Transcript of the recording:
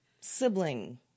sibling